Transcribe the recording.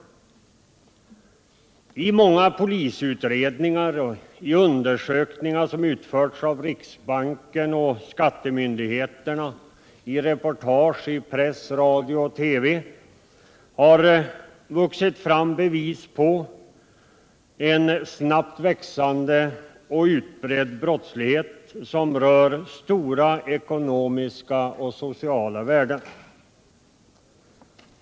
I många polisutredningar, i undersökningar som utförts av riksbanken och skattemyndigheterna samt i reportage i press, radio och TV har förts fram bevis på en snabbt växande och utbredd brottslighet som rör stora ekonomiska och sociala värden.